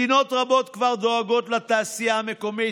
מדינות רבות כבר דואגות לתעשייה המקומית.